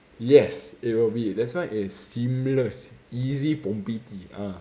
yes it will be that's why it's seamless easy bom beep beep ah